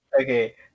Okay